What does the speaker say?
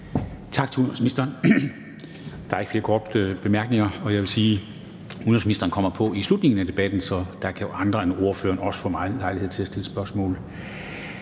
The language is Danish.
Tak til udenrigsministeren. Der er ikke flere korte bemærkninger, og jeg vil sige, at udenrigsministeren kommer på i slutningen af debatten, så der kan andre end ordførerne også få lejlighed til at stille spørgsmål.